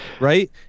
right